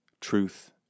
truth